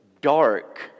dark